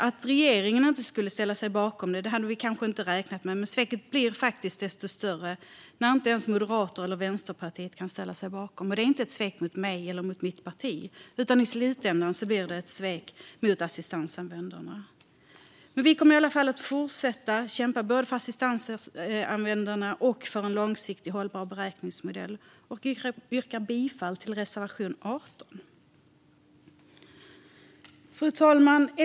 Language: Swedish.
Att regeringen inte skulle ställa sig bakom detta hade vi kanske räknat med, men sveket blir faktiskt desto större när inte ens Moderaterna eller Vänsterpartiet kan ställa sig bakom det. Det är inte ett svek mot mig eller mot mitt parti, utan i slutändan blir det ett svek mot assistansanvändarna. Men vi kommer i alla fall att fortsätta att kämpa både för assistansanvändarna och för en långsiktigt hållbar beräkningsmodell. Jag yrkar bifall till reservation 18. Fru talman!